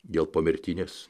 dėl pomirtinės